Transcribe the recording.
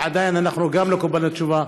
ועדיין לא קיבלנו תשובה.